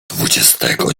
dwudziestego